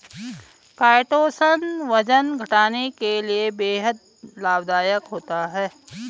chitosan वजन घटाने के लिए बेहद लाभदायक होता है